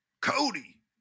Cody